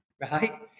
right